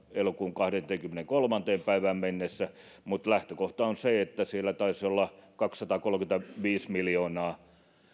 elokuun kahdenteenkymmenenteenkolmanteen päivään mennessä mutta lähtökohta on se että siellä taisi olla kaksisataakolmekymmentäviisi miljoonaa